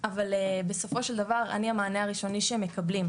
וכמישהו שעשה שנת שירות פה בפנימייה בירושלים לפני עשור,